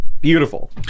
Beautiful